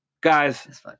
Guys